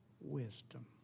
wisdom